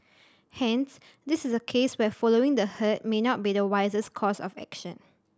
hence this is a case where following the herd may not be the wisest course of action